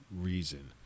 reason